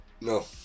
no